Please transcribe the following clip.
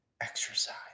Exercise